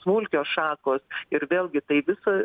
smulkios šakos ir vėlgi tai visa